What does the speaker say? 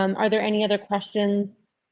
um are there any other questions.